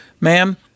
ma'am